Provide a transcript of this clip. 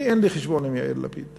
אני אין לי חשבון עם יאיר לפיד,